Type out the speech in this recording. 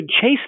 chase